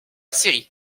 syrie